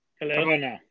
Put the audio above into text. Hello